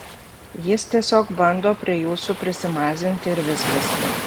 jis tiesiog bando prie jūsų prisimazint ir viskas